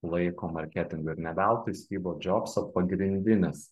laiko marketingui ir ne veltui styvo džobso pagrindinis